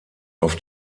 auf